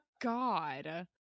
god